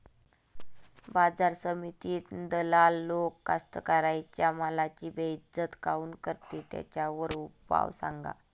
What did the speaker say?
बाजार समितीत दलाल लोक कास्ताकाराच्या मालाची बेइज्जती काऊन करते? त्याच्यावर उपाव सांगा